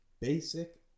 basic